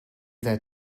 that